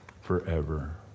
forever